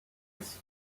else